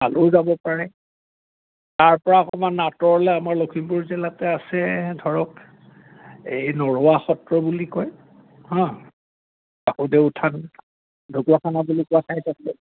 তালৈ যাব পাৰে তাৰপৰা অকমান আঁতৰলে আমাৰ লখিমপুৰ জিলাতে আছে ধৰক এই নৰৱা সত্ৰ বুলি কয় হা বাসুদেউ থান ঢকুৱাখানা বুলি কোৱা ঠাইত আছে